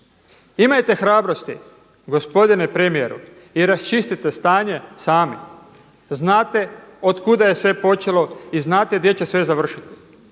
Imajte hrabrosti gospodine premijeru i raščistite stanje sami. Znate od kuda je sve počelo i znate gdje će sve završiti.